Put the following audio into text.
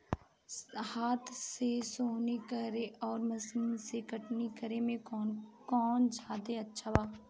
हाथ से सोहनी करे आउर मशीन से कटनी करे मे कौन जादे अच्छा बा?